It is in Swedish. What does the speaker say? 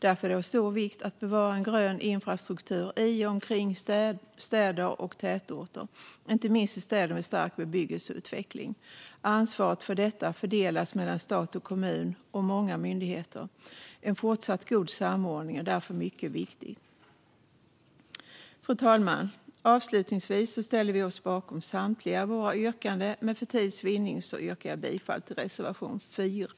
Därför är det av stor vikt att bevara grön infrastruktur i och omkring städer och tätorter, inte minst i städer med stark bebyggelseutveckling. Ansvaret för detta fördelas mellan stat och kommun och många myndigheter. Fortsatt god samordning är därför mycket viktig. Fru talman! Avslutningsvis ställer vi oss bakom samtliga av våra yrkanden, men för tids vinnande yrkar jag bifall endast till reservation 4.